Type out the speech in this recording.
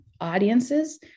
audiences